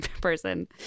person